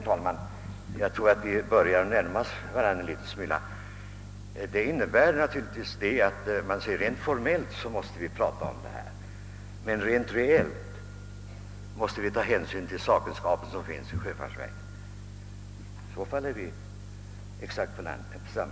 Herr talman! Jag tror att vi börjar närma oss varandra något. Vad statsrådet sade innebär naturligtvis att vi rent formellt måste prata om dessa frågor men reellt skall ta hänsyn till den sakkunskap som finns i sjöfartsstyrelsen. Då är vi inne på samma linje.